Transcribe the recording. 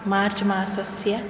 मार्च्मासस्य